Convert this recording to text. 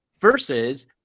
versus